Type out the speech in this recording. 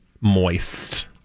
moist